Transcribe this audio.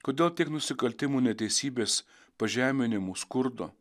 kodėl tiek nusikaltimų neteisybės pažeminimų skurdo